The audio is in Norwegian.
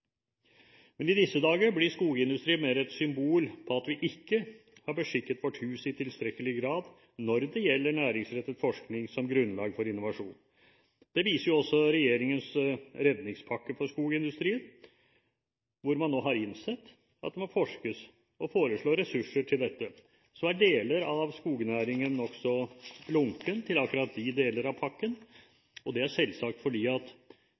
Men i disse dager blir skogindustri mer et symbol på at vi ikke har beskikket vårt hus i tilstrekkelig grad når det gjelder næringsrettet forskning som grunnlag for innovasjon. Det viser også regjeringens redningspakke for skogindustrien, hvor man nå har innsett at det må forskes – og foreslår ressurser til dette. Deler av skogindustrien er nokså lunken til akkurat de deler av pakken. Det er selvsagt fordi